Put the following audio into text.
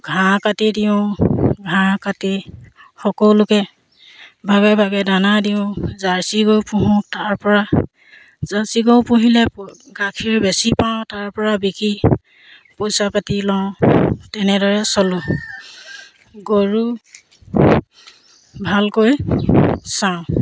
ঘাঁহ কাটি দিওঁ ঘাঁহ কাটি সকলোকে ভাগে ভাগে দানা দিওঁ জাৰ্চি গৰু পুহোঁ তাৰপৰা জাৰ্চি গৰু পুহিলে গাখীৰ বেছি পাওঁ তাৰপৰা বিকি পইচা পাতি লওঁ তেনেদৰে চলোঁ গৰু ভালকৈ চাওঁ